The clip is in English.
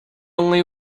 only